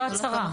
זו הצרה,